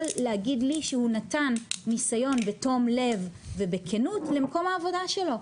להגיד לי שהוא נתן ניסיון בתום לב ובכנות למקום העבודה שלו,